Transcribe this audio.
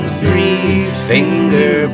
three-finger